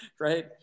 right